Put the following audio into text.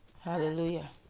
Hallelujah